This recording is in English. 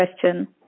question